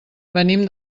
venim